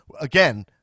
again